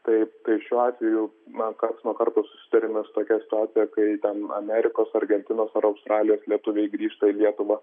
taip tai šiuo atveju na karts nuo karto susiduriame su tokia situacija kai ten amerikos argentinos ar australijos lietuviai grįžta į lietuvą